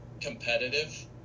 competitive